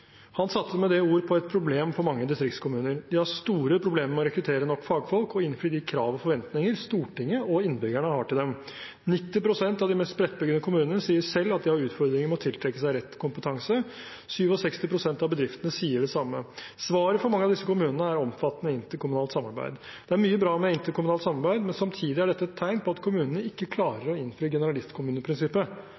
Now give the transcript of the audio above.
Han satte med det ord på et problem for mange distriktskommuner. De har store problemer med å rekruttere nok fagfolk og innfri de krav og forventninger Stortinget og innbyggerne har til dem. 90 pst. av de mest spredtbygde kommunene sier selv at de har utfordringer med å tiltrekke seg rett kompetanse. 67 pst. av bedriftene sier det samme. Svaret for mange av disse kommunene er omfattende interkommunalt samarbeid. Det er mye bra med interkommunalt samarbeid, men samtidig er dette et tegn på at kommunene ikke klarer